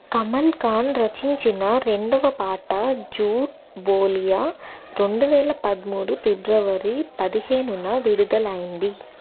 కమల్ ఖాన్ రచించిన రెండవ పాట జూట్ బోలియా రెండు వేల పదమూడు ఫిబ్రవరి పదిహేనున విడుదలైంది